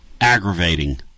aggravating